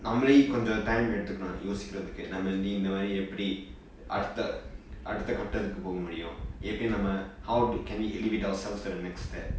நம்மல கொன்ஜொ:nammale konjo time எடுத்துக்கனும் யோசிக்கிரதுக்கு நம்ம இந்த மாதிரி எப்படி அடுத்த கட்டத்துக்கு போ முடியும் எப்படி நம்ம:eduthukanum yosikrathakku namma nee intha maathiri eppadi adutha kattathukku po mudiyum eppadi namma how to can we live it ourselves to the next step